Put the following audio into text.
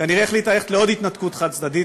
כנראה החליטה ללכת לעוד התנתקות חד-צדדית,